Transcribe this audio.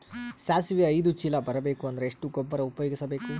ಸಾಸಿವಿ ಐದು ಚೀಲ ಬರುಬೇಕ ಅಂದ್ರ ಎಷ್ಟ ಗೊಬ್ಬರ ಉಪಯೋಗಿಸಿ ಬೇಕು?